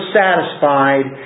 satisfied